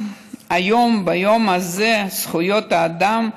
ביום הזה, יום זכויות האדם,